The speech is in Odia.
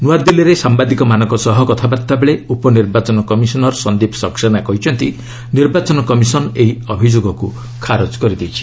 ନୂଆଦିଲ୍ଲୀରେ ସାମ୍ଭାଦିକମାନଙ୍କ ସହ କଥାବାର୍ତ୍ତାବେଳେ ଉପନିର୍ବାଚନ କମିଶନର୍ ସନ୍ଦୀପ୍ ସକ୍ସେନା କହିଛନ୍ତି ନିର୍ବାଚନ କମିଶନ୍ ଏହି ଅଭିଯୋଗକୁ ଖାରଜ କରିଛି